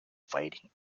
fighting